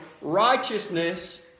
righteousness